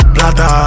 Plata